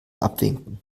abwinken